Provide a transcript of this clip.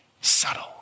subtle